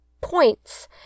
points